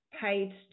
Paid